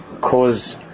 cause